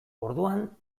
orduan